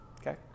Okay